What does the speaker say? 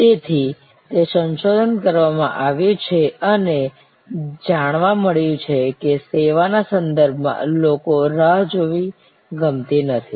તેથી તે સંશોધન કરવામાં આવ્યું છે અને જાણવા મળ્યું છે કે સેવાના સંદર્ભમાં લોકો રાહ જોવી ગમતી નથી